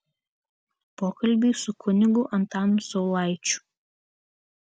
pokalbiai su kunigu antanu saulaičiu